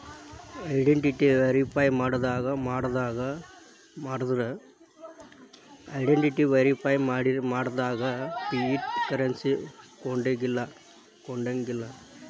identity verify ಮಾಡ್ಲಾರ್ದ fiat currency ಕೊಡಂಗಿಲ್ಲಾ